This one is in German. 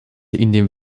indem